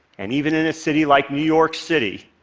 and even in a city like new york city,